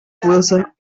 fuerza